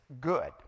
good